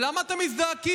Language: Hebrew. למה אתם מזדעקים?